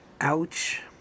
Ouch